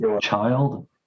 child